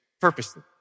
purposely